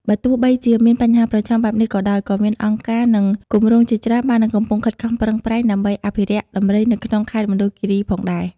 បើទោះបីជាមានបញ្ហាប្រឈមបែបនេះក៏ដោយ ក៏មានអង្គការ និងគម្រោងជាច្រើនបាននិងកំពុងខិតខំប្រឹងប្រែងដើម្បីអភិរក្សដំរីនៅក្នុងខេត្តមណ្ឌលគិរីផងដែរ។